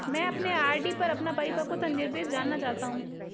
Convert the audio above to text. मैं अपने आर.डी पर अपना परिपक्वता निर्देश जानना चाहता हूं